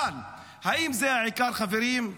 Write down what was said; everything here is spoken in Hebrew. אבל האם זה העיקר, חברים?